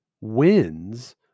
wins